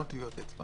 גם טביעות אצבע